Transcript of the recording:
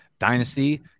dynasty